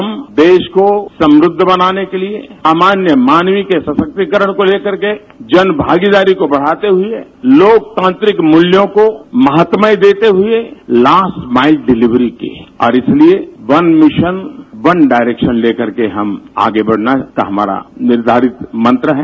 हम देश को समृद्ध बनाने के लिए समान्य मानवी के सशक्तिकरण को लेकर के जन भागीदारी को बढ़ाते हुए लोकतांत्रिक मूल्यों को महात्म्य देते हुए लास्ट माईल डिलीवरी की और इसलिए वन मिशन वन डायरेक्शन लेकर के हम आगे बढ़ने का हमारा निर्धारित मंत्र है